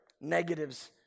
negatives